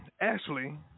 Ashley